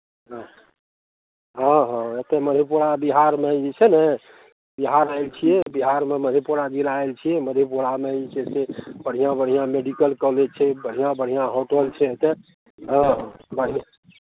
हँ हँ हँ एतय मधेपुरा बिहारमे जे छै ने बिहार आयल छियै बिहारमे मधेपुरा जिला आयल छियै मधेपुरामे जे छै से बढ़िआँ बढ़िआँ मेडिकल कॉलेज छै बढ़िआँ बढ़िआँ होटल छै एतय हँ हँ बढ़िआँ